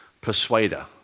persuader